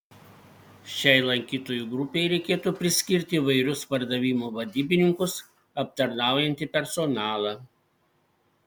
šiai lankytojų grupei reikėtų priskirti įvairius pardavimų vadybininkus aptarnaujantį personalą